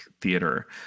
theater